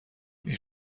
این